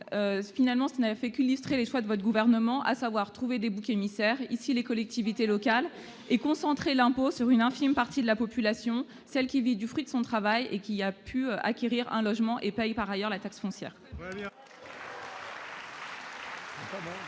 Finalement, votre propos ne fait qu'illustrer les choix du Gouvernement : trouver des boucs émissaires, en l'occurrence, les collectivités locales, et concentrer l'impôt sur une infime partie de la population, celle qui vit du fruit de son travail, qui a pu acquérir un logement et qui paye donc par ailleurs la taxe foncière.